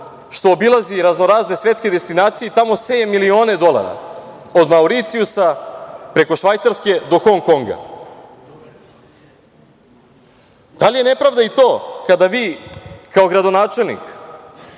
što obilazi raznorazne svetske destinacije i tamo seje milione dolara od Mauricijusa preko Švajcarske do Hong Konga? Da li je nepravda i to kada vi, kao gradonačelnik,